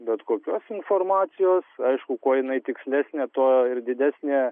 bet kokios informacijos aišku kuo jinai tikslesnė tuo ir didesnė